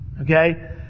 Okay